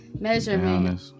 measurement